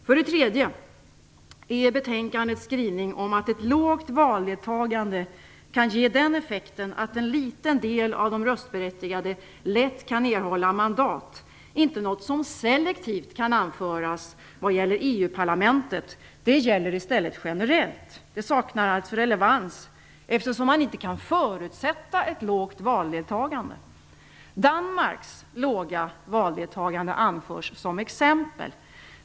För det tredje är betänkandets skrivning om att ett lågt valdeltagande kan ge den effekten att en liten del av de röstberättigade lätt kan erhålla mandat, inte något som selektivt kan anföras vad gäller EU parlamentet. Det gäller i stället generellt. Det saknar alltså relevans eftersom man inte kan förutsätta ett lågt valdeltagande. Danmarks låga valdeltagande anförs som exempel.